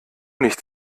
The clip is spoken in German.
nicht